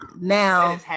Now